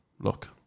Look